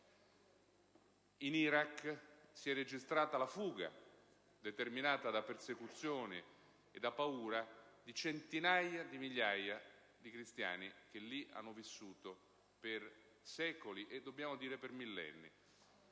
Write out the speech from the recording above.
In Iraq si è registrata la fuga, determinata da persecuzioni e da paura, di centinaia di migliaia di cristiani che lì hanno vissuto per secoli e per millenni.